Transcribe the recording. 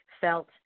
felt